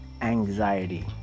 anxiety